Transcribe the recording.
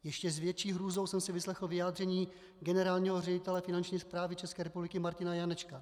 S ještě větší hrůzou jsem si vyslechl vyjádření generálního ředitele Finanční správy České republiky Martina Janečka.